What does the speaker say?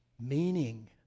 meaning